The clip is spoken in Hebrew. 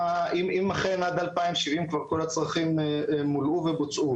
אם אכן עד 2070 כבר כל הצרכים מולאו ובוצעו.